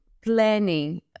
planning